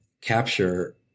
capture